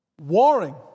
warring